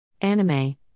Anime